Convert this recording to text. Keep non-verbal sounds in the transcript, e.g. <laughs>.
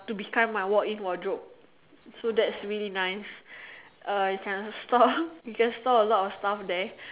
to become my walk in wardrobe so that's really nice uh you can store <laughs> you can store a lot of stuff there